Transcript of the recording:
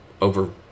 over